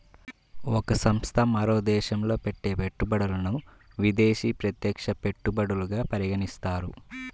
ఒక సంస్థ మరో దేశంలో పెట్టే పెట్టుబడులను విదేశీ ప్రత్యక్ష పెట్టుబడులుగా పరిగణిస్తారు